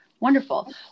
Wonderful